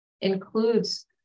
includes